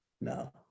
no